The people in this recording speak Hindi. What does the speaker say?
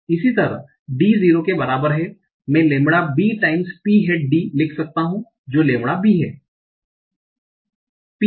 इसी तरह डी 0 के बराबर है मैं lambda B times P hat D लिख सकता हूं जो लैम्ब्डा बी है